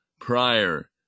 prior